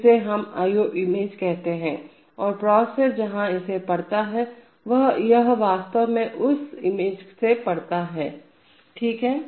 जिसे हम i o image कहते हैं और प्रोसेसर जहां इसे पढ़ता है यह वास्तव में उस इमेज से पढ़ता रीड करता है ठीक है